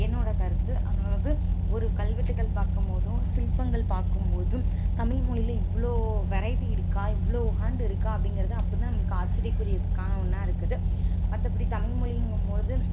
என்னோடய கருத்து அதாவது ஒரு கல்வெட்டுக்கள் பார்க்கம்போதும் சிற்பங்கள் பார்க்கம்போதும் தமிழ்மொழியில் இவ்வளோ வெரைட்டி இருக்கா இவ்வளோ ஹேண்டு இருக்கா அப்படிங்கிறத அப்போதான் நம்மளுக்கு ஆச்சரியக்குரியதுக்கான ஒன்றா இருக்குது மற்றபடி தமிழ்மொழியிங்கும்போது